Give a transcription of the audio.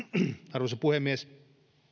arvoisa puhemies